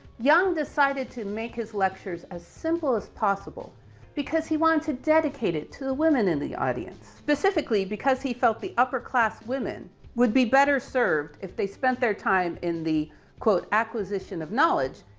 young decided to make his lectures as simple as possible because he wanted to dedicate it to the women in the audience, specifically because he felt the upper class women would be better served if they spent their time in the quote acquisition of knowledge,